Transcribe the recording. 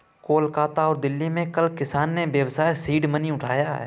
कोलकाता और दिल्ली में कल किसान ने व्यवसाय सीड मनी उठाया है